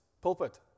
pulpit